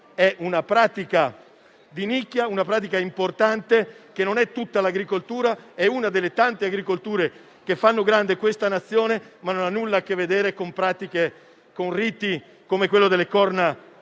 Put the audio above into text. è una pratica di nicchia, una pratica importante. Non è tutta l'agricoltura, ma è una delle tante agricolture che fanno grande questa Nazione, ma che non hanno nulla a che vedere con pratiche e riti come quello delle corna